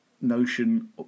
notion